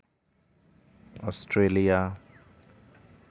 Australia